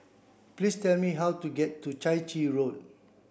please tell me how to get to Chai Chee Road